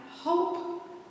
hope